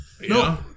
No